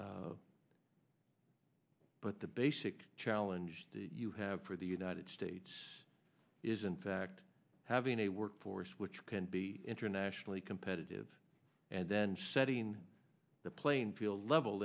but the basic challenge that you have for the united states is in fact having a workforce which can be internationally competitive and then setting the playing field level